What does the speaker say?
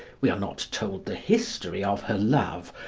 we are not told the history of her love,